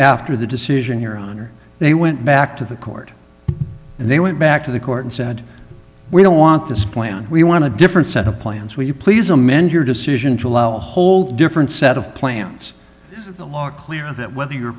after the decision your honor they went back to the court and they went back to the court and said we don't want this plan we want to different set of plans will you please amend your decision to allow a whole different set of plans of the law clear and that whether you're